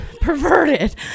perverted